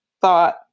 thought